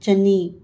ꯆꯅꯤ